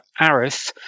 Arif